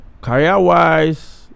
career-wise